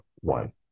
one